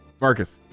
Marcus